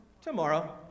Tomorrow